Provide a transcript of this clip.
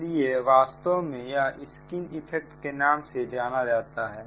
इसलिए वास्तव यह स्किन इफेक्ट के नाम से जाना जाता है